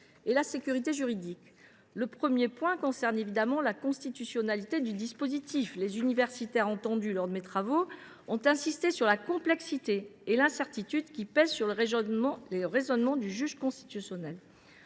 et la sécurité juridique. Le premier point concerne évidemment la constitutionnalité du dispositif. Les universitaires entendus lors de mes travaux ont insisté sur l’incertitude qui pèse sur le raisonnement du juge constitutionnel